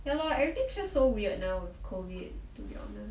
ya lor everything is just so weird now cause of COVID to be honest